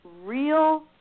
real